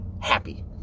Happy